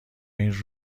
این